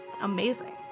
Amazing